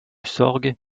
sorgues